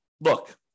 look